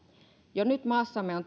jo nyt maassamme on